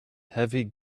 heavy